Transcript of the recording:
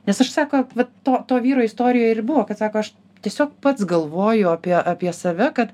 nes aš sako vat to to vyro istorijoj ir buvo kad sako aš tiesiog pats galvoju apie apie save kad